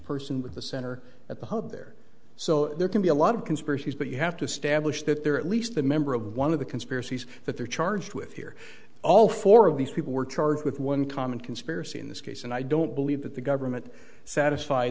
person with the center at the hub there so there can be a lot of conspiracies but you have to establish that there are at least a member of one of the conspiracies that they're charged with here all four of these people were charged with one common conspiracy in this case and i don't believe that the government satisf